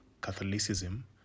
Catholicism